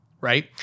right